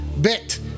bit